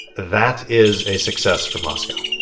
that is a success for moscow